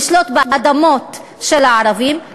לשלוט באדמות של הערבים,